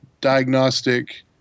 diagnostic